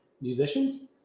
musicians